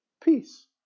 peace